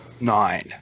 nine